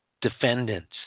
Defendants